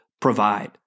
provide